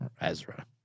Ezra